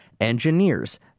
Engineers